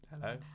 Hello